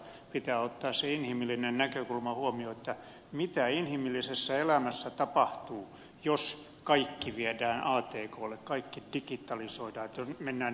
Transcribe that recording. pitää ottaa se inhimillinen näkökulma huomioon mitä inhimillisessä elämässä tapahtuu jos kaikki viedään atklle kaikki digitalisoidaan mennään äärisuuntaan